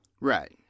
right